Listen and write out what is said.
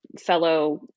fellow